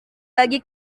bagi